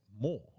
more